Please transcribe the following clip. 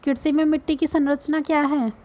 कृषि में मिट्टी की संरचना क्या है?